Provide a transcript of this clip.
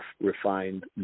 refined